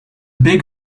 big